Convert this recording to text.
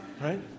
right